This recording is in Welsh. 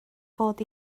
fod